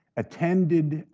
attended,